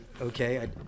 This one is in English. Okay